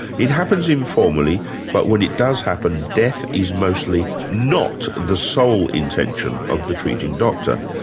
it happens informally but when it does happen, death is mostly not the sole intention of the treating doctor.